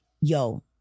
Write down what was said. yo